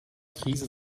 krise